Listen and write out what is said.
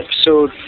episode